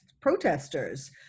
protesters